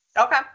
Okay